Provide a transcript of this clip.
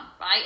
right